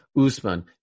Usman